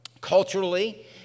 Culturally